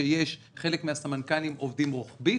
שחלק מהסמנכ"לים עובדים רוחבית